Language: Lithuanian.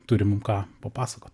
turim ką papasakot